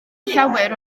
llawer